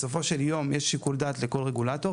בסופו של יום יש שיקול דעת לכל רגולטור,